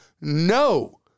no